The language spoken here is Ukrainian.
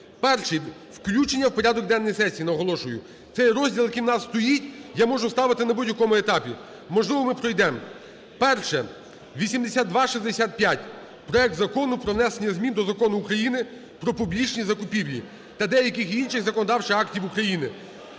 Перше – включення у порядок денний сесії, наголошую. Цей розділ, який в нас стоїть, я можу ставити на будь-якому етапі, можливо, ми пройдемо. Перше. 8265 – проект Закону про внесення змін до Закону України "Про публічні закупівлі" та деяких інших законодавчих актів України.